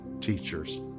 teachers